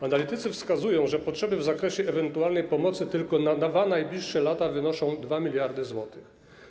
Analitycy wskazują, że potrzeby w zakresie ewentualnej pomocy tylko na najbliższe 2 lata wynoszą 2 mld zł.